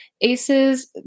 ACEs